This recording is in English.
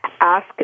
ask